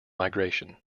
migration